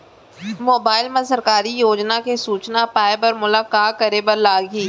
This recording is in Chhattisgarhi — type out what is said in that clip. मोबाइल मा सरकारी योजना के सूचना पाए बर मोला का करे बर लागही